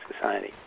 society